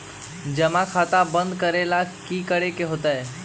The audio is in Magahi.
जमा खाता बंद करे ला की करे के होएत?